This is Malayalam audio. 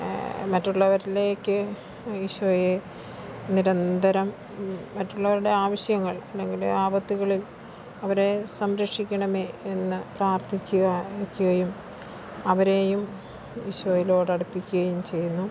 മറ്റുള്ളവരിലേക്ക് ഈശോയെ നിരന്തരം മറ്റുള്ളവരുടെ ആവശ്യങ്ങൾ അല്ലെങ്കില് ആപത്തുകളിൽ അവരെ സംരക്ഷിക്കണമേ എന്ന് പ്രാർത്ഥിക്കുക യിക്കുകയും അവരെയും ഈശോയിലോടടുപ്പിക്കുകയും ചെയ്യുന്നു